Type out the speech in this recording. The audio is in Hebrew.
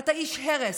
אתה איש הרס,